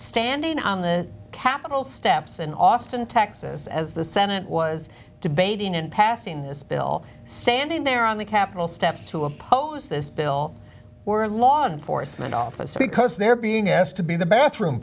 standing on the capitol steps in austin texas as the senate was debating in passing this bill standing there on the capitol steps to oppose this bill or law enforcement officer because they're being asked to be the bathroom